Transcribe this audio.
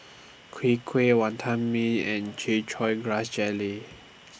Kwee Kueh Wantan Mee and Chin Chow Grass Jelly